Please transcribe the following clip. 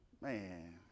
Man